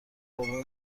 بابا